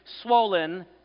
swollen